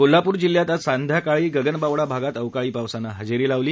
कोल्हापूर जिल्ह्यात आज सायंकाळी गगनबावडा भागात अवकाळी पावसानं हजेरी लावली